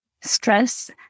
stress